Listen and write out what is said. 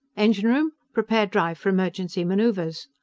engine room! prepare drive for emergency maneuvers!